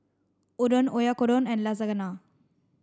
Udon Oyakodon and Lasagna